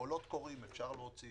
קולות קוראים אפשר להוציא